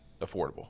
affordable